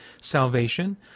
salvation